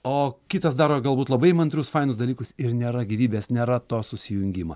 o kitas daro galbūt labai įmantrius fainus dalykus ir nėra gyvybės nėra to susijungimo